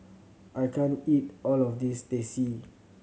I can't eat all of this Teh C